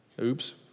Oops